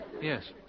Yes